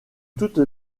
toutes